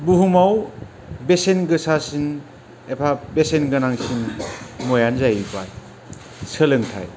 बुहुमाव बेसेन गोसासिन एबा बेसेन गोनांसिन मुवायानो जाहैबाय सोलोंथाय